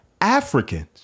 Africans